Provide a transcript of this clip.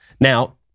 Now